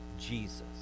Jesus